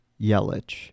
Yelich